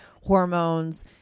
hormones